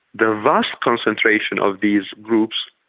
the vast concentration of these groups,